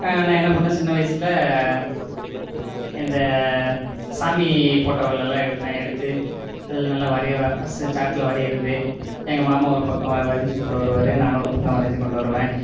நான் என்ன பண்ண சின்ன வயசில் இந்த சாமி போட்டோக்களெல்லாம் எடுப்பேன் எடுத்து அதில் நல்லா வரைவேன் ஃபஸ்ட்டு சார்ட்டில் வரைகிறது எங்கள் மாமா ஒரு பக்கம் வ வரைஞ்சி கொண்டு வருவாரு நானும் ஒரு பக்கம் வரைஞ்சு கொண்டு வருவேன்